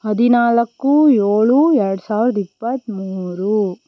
ಹದಿನಾಲ್ಕು ಏಳು ಎರಡು ಸಾವಿರದ ಇಪ್ಪತ್ಮೂರು